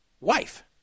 wife